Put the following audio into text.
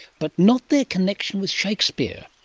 but not their connection with shakespeare.